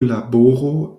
laboro